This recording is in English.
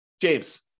James